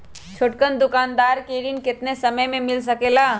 छोटकन दुकानदार के ऋण कितने समय मे मिल सकेला?